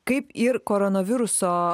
kaip ir koronaviruso